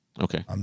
Okay